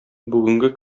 бүгенге